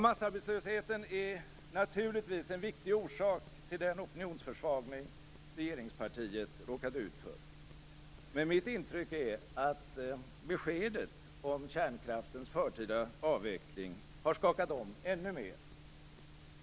Massarbetslösheten är naturligtvis en viktig orsak till den opinionsförsvagning regeringspartiet råkat ut för. Men mitt intryck är att beskedet om kärnkraftens förtida avveckling har skakat om ännu mer.